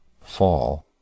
fall